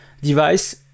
device